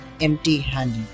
empty-handed